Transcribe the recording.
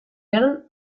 girl